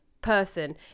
person